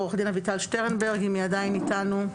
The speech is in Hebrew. עו"ד אביטל שטרנברג אם היא עדיין איתנו,